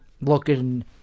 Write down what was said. looking